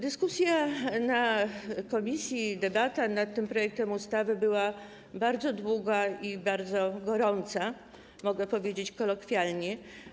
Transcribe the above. Dyskusja na posiedzeniu komisji, debata nad tym projektem ustawy była bardzo długa i bardzo gorąca, mogę powiedzieć kolokwialnie.